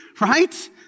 right